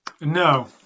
No